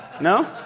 no